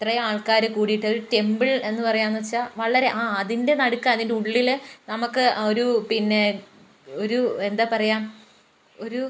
ഇത്രയും ആൾക്കാര് കൂടിയിട്ട് ഒരു ടെമ്പിൾ എന്ന് പറയാന്ന് വെച്ചാ വളരെ ആ അതിൻ്റെ നടുക്ക് അതിൻ്റെ ഉള്ളില് നമുക്ക് ഒരു പിന്നെ ഒരു എന്താ പറയുക ഒരു